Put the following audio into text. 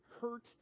hurt